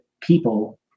people